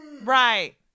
Right